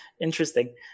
interesting